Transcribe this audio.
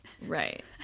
Right